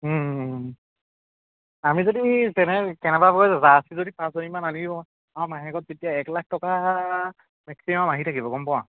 আমি যদি তেনে কেনেবাকৈ জাৰ্চি যদি পাঁচজনীমান আনি ল'ব পাৰোঁ আমাৰ মাহেকত তেতিয়া এক লাখ টকা মেক্সিমাম আহি থাকিব গম পোৱা